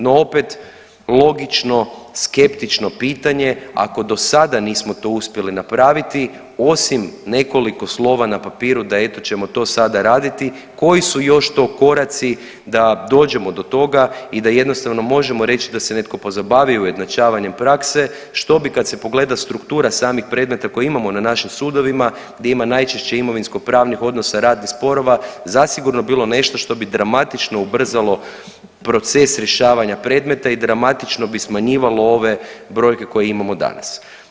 No opet logično skeptično pitanje, ako do sada nismo to uspjeli napraviti osim nekoliko slova na papiru da eto ćemo to sada raditi koji su još to koraci da dođemo do toga i da jednostavno možemo reći da se netko pozabavi ujednačavanjem prakse što bi kad se pogleda struktura samih predmeta koje imamo na našim sudovima, gdje ima najčešće imovinsko-pravnih odnosa, radnih sporova zasigurno bilo nešto što bi dramatično ubrzalo proces rješavanja predmeta i dramatično bi smanjivalo ove brojke koje imamo danas.